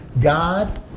God